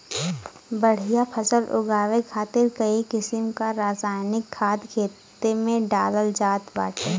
बढ़िया फसल उगावे खातिर कई किसिम क रासायनिक खाद खेते में डालल जात बाटे